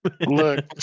Look